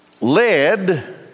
led